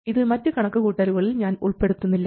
ഇത് മറ്റ് കണക്കുകൂട്ടലുകളിൽ ഞാൻ ഉൾപ്പെടുത്തുന്നില്ല